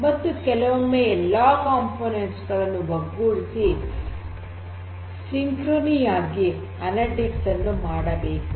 ಮತ್ತು ಕೆಲವೊಮ್ಮೆ ಎಲ್ಲಾ ಘಟಗಳನ್ನು ಒಗ್ಗೂಡಿಸಿ ಸಿನ್ಕ್ರೋನಿ ಯಾಗಿ ಅನಲಿಟಿಕ್ಸ್ ಅನ್ನು ಮಾಡಬೇಕು